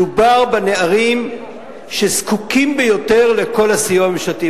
מדובר בנערים שזקוקים ביותר לכל הסיוע הממשלתי,